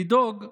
לדאוג לאקלים.